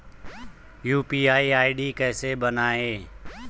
UPI ID कैसे बनायें?